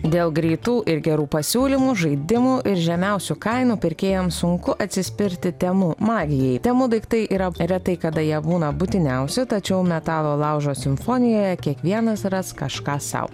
dėl greitų ir gerų pasiūlymų žaidimų ir žemiausių kainų pirkėjams sunku atsispirti temu magijai temu daiktai yra retai kada jie būna būtiniausi tačiau metalo laužo simfonijoje kiekvienas ras kažką sau